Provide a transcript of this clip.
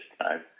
time